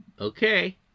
okay